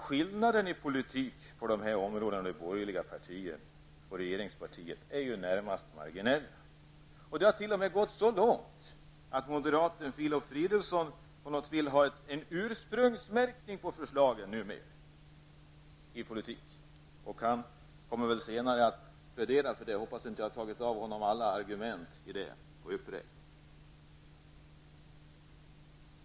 Skillnaderna i politiken mellan de borgerliga partierna och regeringspartiet är ju på de här områdena närmast marginella. Det har t.o.m. gått så långt att moderaten Filip Fridolfsson numera vill ha en politisk ursprungsmärkning på förslagen. Han kommer väl senare att plädera för det. Jag hoppas att jag inte har tagit ifrån honom alla argument.